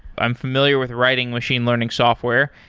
i'm familiar with writing machine learning software,